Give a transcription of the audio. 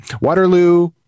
Waterloo